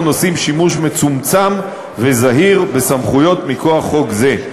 עושים שימוש מצומצם וזהיר בסמכויות מכוח חוק זה.